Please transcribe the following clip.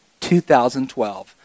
2012